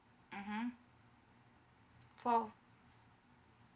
mmhmm four